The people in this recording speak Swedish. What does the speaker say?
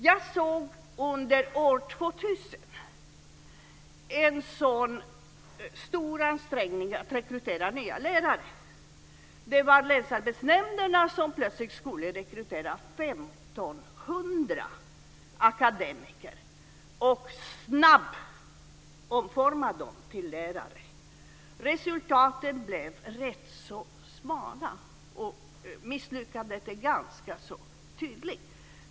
Jag såg under år 2000 en sådan stor ansträngning att rekrytera nya lärare. Det var länsarbetsnämnderna som plötsligt skulle rekrytera 1 500 akademiker och snabbt omforma dem till lärare. Resultatet blev rätt så smalt, och misslyckandet är ganska tydligt.